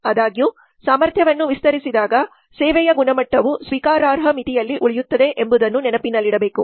ಆದಾಗ್ಯೂ ಸಾಮರ್ಥ್ಯವನ್ನು ವಿಸ್ತರಿಸಿದಾಗ ಸೇವೆಯ ಗುಣಮಟ್ಟವು ಸ್ವೀಕಾರಾರ್ಹ ಮಿತಿಯಲ್ಲಿ ಉಳಿಯುತ್ತದೆ ಎಂಬುದನ್ನು ನೆನಪಿನಲ್ಲಿಡಬೇಕು